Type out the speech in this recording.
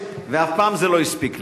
אבל זה אף פעם לא הספיק לי.